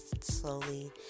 slowly